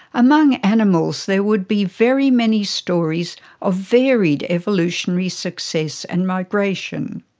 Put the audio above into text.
among animals there would be very many stories of varied evolutionary success and migration.